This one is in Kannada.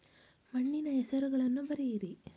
ಮಣ್ಣಿನ ಹೆಸರುಗಳನ್ನು ಬರೆಯಿರಿ